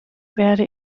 werde